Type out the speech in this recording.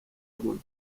good